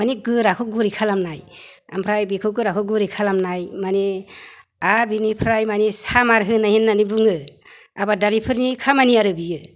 माने गोराखौ गुरै खालामनाय ओमफ्राय बेखौ गोराखौ गुरै खालामनाय माने आरो बेनिफ्राय माने सामार होनाय होननानै बुङो आबादारिफोरनि खामानि आरो बेयो